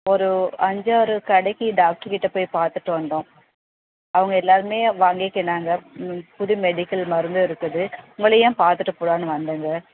ஒரு அஞ்சாறு கடைக்கு டாக்டருக்கிட்ட போய் பார்த்துட்டு வந்தோம் அவங்க எல்லாருமே வாங்கிக்கின்னாங்க ம் புது மெடிக்கல் மருந்தும் இருக்குது உங்களையும் பார்த்துட்டு போகலான்னு வந்தோங்க